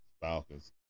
Falcons